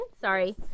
Sorry